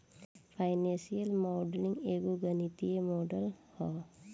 financial modelling एगो गणितीय model ह